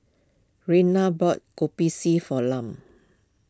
Raina bought Kopi C for Lum